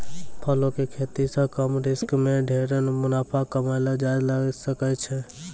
फलों के खेती सॅ कम रिस्क मॅ ढेर मुनाफा कमैलो जाय ल सकै छै